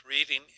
reading